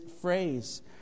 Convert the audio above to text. phrase